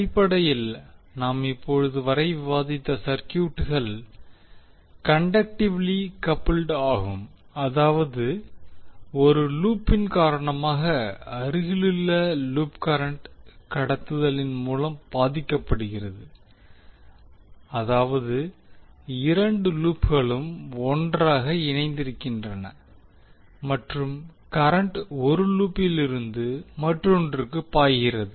அடிப்படையில் நாம் இப்போது வரை விவாதித்த சர்க்யூட்கள் கண்டக்ட்டிவ்லி கப்புல்ட் ஆகும் அதாவது ஒரு லூப்பின் காரணமாக அருகிலுள்ள லூப் கரண்ட் கடத்துதலின் மூலம் பாதிக்கப்படுகிறது அதாவது இரண்டு லூப்களும் ஒன்றாக இணைந்திருக்கின்றன மற்றும் கரண்ட் ஒரு லூப்பில் இருந்து மற்றொன்றுக்கு பாய்கிறது